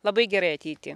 labai gerai ateity